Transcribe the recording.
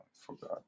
forgot